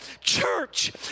Church